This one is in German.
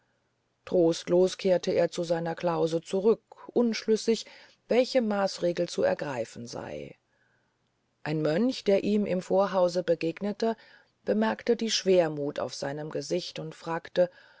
trostlos kehrte er zu seiner klause zurück unschlüssig welche maasregeln zu ergreifen ein mönch der ihm im vorhause begegnete bemerkte die schwermuth auf seinem gesicht und fragte